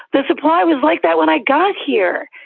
the supply was like that when i got here.